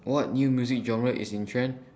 what new music genre is in trend